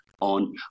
on